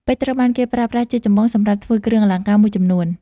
ពេជ្រត្រូវបានគេប្រើប្រាស់ជាចម្បងសម្រាប់ធ្វើគ្រឿងអលង្ការមួយចំនួន។